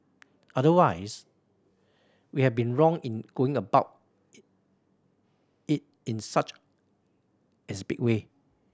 otherwise we have been wrong in going about it in such as big way